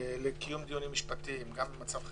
לקיום דיונים משפטיים גם במצב חירום.